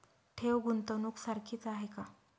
ठेव, गुंतवणूक सारखीच आहे का?